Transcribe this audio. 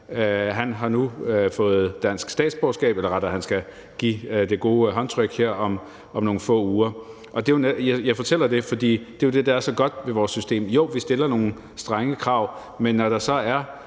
Han har nu fået dansk statsborgerskab – eller rettere, han skal give det gode håndtryk her om nogle få uger. Jeg fortæller det, fordi det jo er det, der er så godt ved vores system. Jo, vi stiller nogle strenge krav, men når der så er